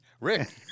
Rick